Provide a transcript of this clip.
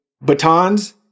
batons